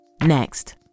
Next